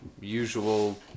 Usual